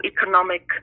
economic